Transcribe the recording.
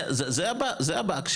זה הבעיה.